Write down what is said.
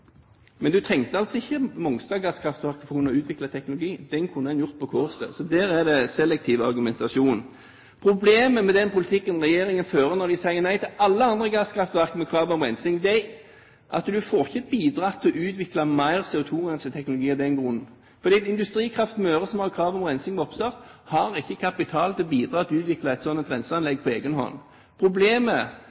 Men man trengte ikke Mongstad-gasskraftverket for å kunne utvikle teknologien, den kunne man gjort på Kårstø. Så der er det selektiv argumentasjon. Problemet med den politikken regjeringen fører når de sier nei til alle andre gasskraftverk med krav om rensing, er at man får ikke bidratt til å utvikle mer CO2-renseteknologi av den grunn. Industrikraft Møre, som har krav om rensing ved oppstart, har ikke kapital til å bidra til å utvikle et slikt renseanlegg på egen hånd.